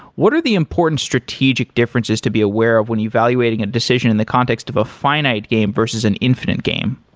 what are the important strategic differences to be aware of when evaluating a decision in the context of a finite game versus an infinite game?